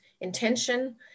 intention